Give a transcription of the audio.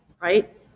right